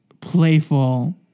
playful